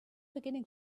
beginning